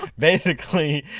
basically,